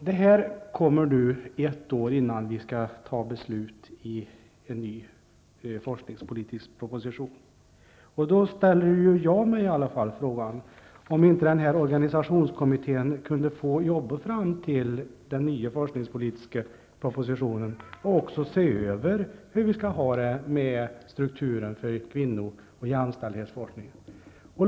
Det här kommer nu, ett år innan vi skall fatta beslut om en ny forskningspolitisk proposition. Då ställer jag mig i alla fall frågan om inte den här organisationskommittén kunde få jobba fram till dess att den nya forskningspolitiska propositionen kommer, och också se över hur vi skall ha det med strukturen för kvinno och jämställdhetsforskningen.